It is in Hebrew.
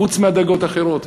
חוץ מהדאגות האחרות.